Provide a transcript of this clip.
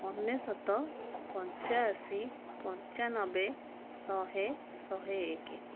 ଅନେଶତ ପଞ୍ଚାଅଶି ପଞ୍ଚାନବେ ଶହେ ଶହେ ଏକ